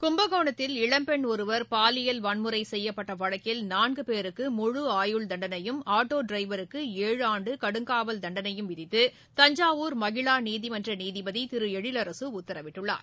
கும்பகோணத்தில் இளம்பெண் ஒருவர் பாலியல் வன்முறை செய்யப்பட்ட வழக்கில் நான்கு பேருகைகு முழு ஆயுள் தண்டனையும் ஆட்டோ டிரைவருக்கு ஏழு ஆண்டு கடுங்காவல் தண்டனையும் விதித்து தஞ்சாவூர் மகிளா நீதிமன்ற நீதிபதி திரு எழிலரசு உத்தரவிட்டுள்ளார்